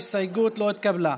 ההסתייגות לא התקבלה.